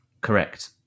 Correct